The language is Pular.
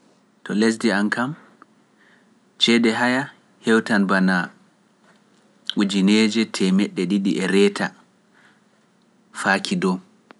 To lesdi am kam, ceede haya hewtan banaa ujineeje teemeɗe ɗiɗi e reeta faaki ɗo(two fity housand plus).